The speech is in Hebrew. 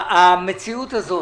המציאות הזאת